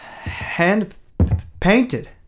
Hand-painted